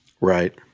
right